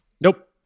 Nope